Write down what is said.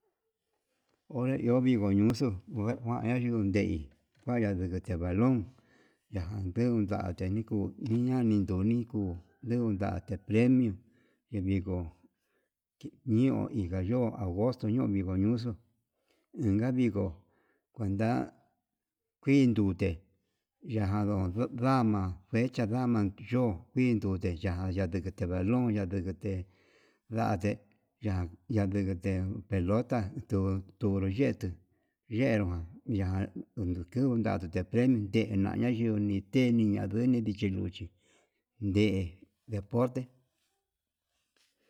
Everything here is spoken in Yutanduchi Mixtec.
Onré iho viko ñuxu ndu njuan onduu ndei kuaya ndekete balón yande kuu nate ndekon iña'a, nandute kuu nindate premio de viko ti nio ingayo agosto yu viko ñooxo inka viko kuenda kui nute, yajan ndon ndama kue chan dama yo'o kui ndute ya ndekete balón yandete yate yandekete pelota toro toro yetu, yerma ndekun ndun ndavo ndeke endega ñayuni nditena nayudi ndichi luu, nduchi ndee deporte.